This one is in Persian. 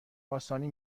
آسانی